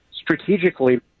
strategically